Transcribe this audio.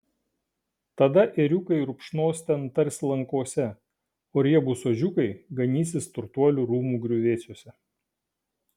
tada ėriukai rupšnos ten tarsi lankose o riebūs ožiukai ganysis turtuolių rūmų griuvėsiuose